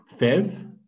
Fev